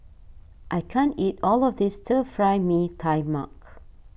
I can't eat all of this Stir Fry Mee Tai Mak